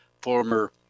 former